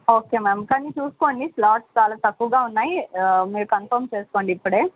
okay ma'am కానీ చూసుకోండి slots చాలా తక్కువగా ఉన్నాయి మీరు కన్ఫామ్ చేసుకోండి ఇప్పుడే